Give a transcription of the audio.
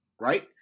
Right